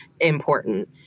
Important